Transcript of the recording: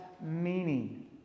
meaning